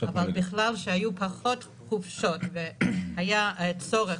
אבל בכלל כשהיו פחות חופשות והיה צורך